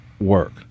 work